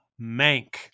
Mank